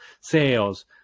sales